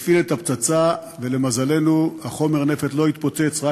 הפעיל את הפצצה ולמזלנו חומר הנפץ לא התפוצץ,